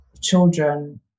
children